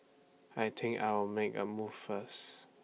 I think I'll make A move first